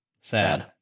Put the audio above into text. Sad